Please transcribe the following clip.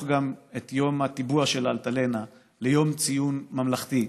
גם את יום הטיבוע של אלטלנה ליום ציון ממלכתי.